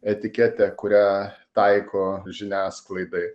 etikete kurią taiko žiniasklaidai